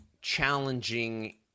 challenging